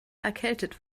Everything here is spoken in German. erkältet